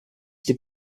did